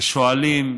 השואלים,